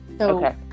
okay